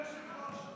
אדוני היושב-ראש,